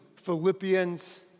Philippians